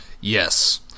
Yes